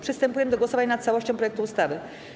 Przystępujemy do głosowania nad całością projektu ustawy.